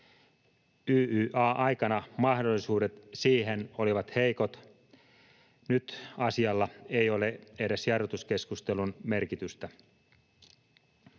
YYA:n aikana mahdollisuudet siihen olivat heikot. Nyt asialla ei ole edes jarrutuskeskustelun merkitystä.